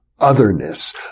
Otherness